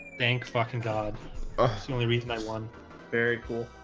thank fucking god ah so only reason i won very cool